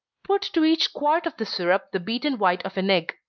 put to each quart of the syrup the beaten white of an egg.